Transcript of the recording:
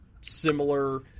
similar